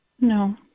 No